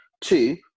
Two